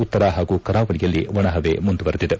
ಉತ್ತರ ಹಾಗೂ ಕರಾವಳಿಯಲ್ಲಿ ಒಣ ಪವೆ ಮುಂದುವರಿದಿದೆ